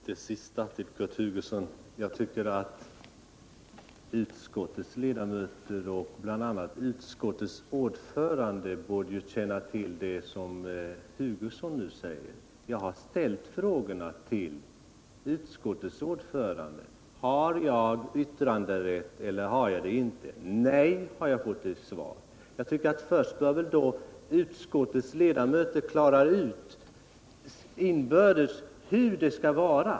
Herr talman! Beträffande det sista Kurt Hugosson tog upp i sitt inlägg tycker jag att utskottets ledamöter och ordförande borde känna till det som Hugosson nu säger. Jag har ställt frågorna till utskottets ordförande: Har jag yttranderätt i utskottet, eller har jag det inte? Nej, har jag fått till svar. Först bör utskottets ledamöter inbördes klara ut hur det skall vara.